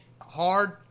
hard